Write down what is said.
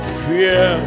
fear